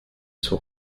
sont